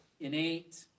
innate